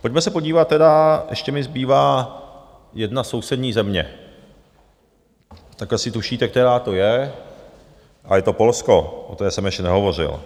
Pojďme se podívat tedy, ještě mi zbývá jedna sousední země, tak asi tušíte, která to je, a je to Polsko, o té jsem ještě nehovořil.